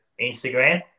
Instagram